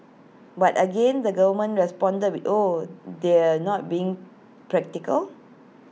but again the government responded with oh they're not being practical